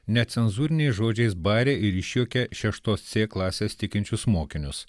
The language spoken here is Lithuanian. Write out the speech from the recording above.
necenzūriniais žodžiais barė ir išjuokė šeštos c klasės tikinčius mokinius